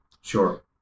Sure